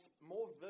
more